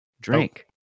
drink